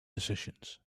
decisions